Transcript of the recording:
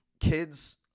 kids